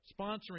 sponsoring